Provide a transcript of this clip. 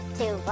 two